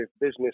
business